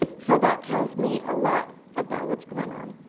so that tells me a lot about what's going on.